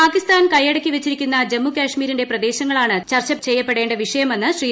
പാകിസ്ഥാൻ കൈയടക്കിവച്ചിരിക്കുന്ന ജമ്മു കശ്മീരിന്റെ പ്രദേശങ്ങളാണ് ചർച്ച ചെയ്യപ്പെടേ വിഷയമെന്ന് ശ്രീ